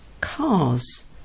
cars